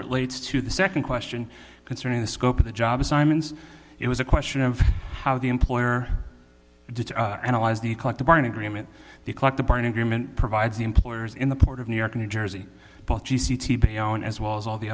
relates to the second question concerning the scope of the job assignments it was a question of how the employer did to analyze the collective bargaining agreement the collective bargaining agreement provides the employers in the port of new york new jersey as well as all the